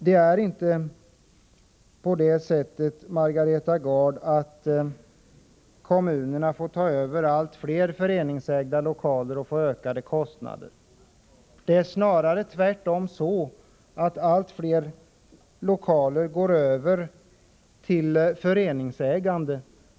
Det är inte så, Margareta Gard, att kommunerna får ta över allt fler föreningslokaler och får ökade kostnader. Tvärtom är det snarare så att allt fler lokaler går över till föreningsägande.